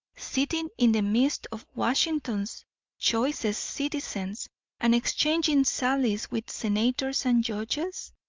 sitting in the midst of washington's choicest citizens and exchanging sallies with senators and judges?